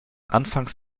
anfangs